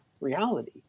reality